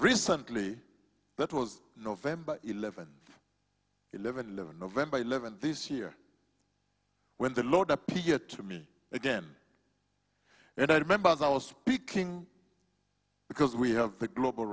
recently that was november eleven eleven eleven november eleventh this year when the lord appeared to me again and i remember as i was speaking because we have the global